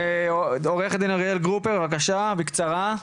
אוקיי, עו"ד אריאל גרופר בבקשה, בקצרה.